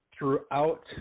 Throughout